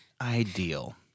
ideal